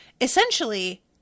Essentially